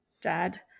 dad